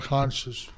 Conscious